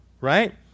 right